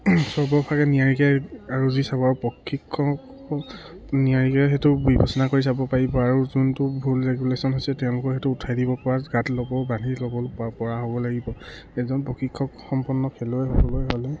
চব কাৰণে নিয়াৰিকৈ আৰু যি চবৰ প্ৰশিক্ষক নিয়াৰিকৈ সেইটো বিবচনা কৰি চাব পাৰিব আৰু যোনটো ভুল ৰেগুলেশ্যন হৈছে তেওঁলোকৰ সেইটো উঠাই দিব পৰা গাত ল'ব বান্ধি ল'ব পৰা হ'ব লাগিব এজন প্ৰশিক্ষক সম্পন্ন খেলুৱৈ হ'বলৈ হ'লে